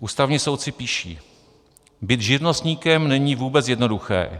Ústavní soudci píší: Být živnostníkem není vůbec jednoduché.